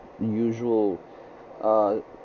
usual